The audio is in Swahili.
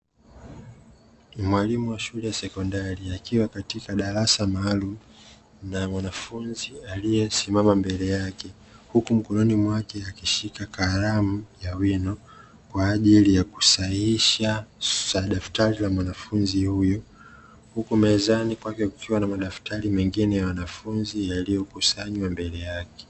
Mwalimu wa shule ya sekondari akiwa katika darasa maalumu na mwanafunzi aliyesimama mbele yake huku mkononi mwake akishika kalamu ya wino kwa ajili ya kusahihisha daftari za mwanafunzi huyo. Huku mezani kwake kukiwa na madaftari mengine ya wanafunzi yaliyokusanywa mbele yake.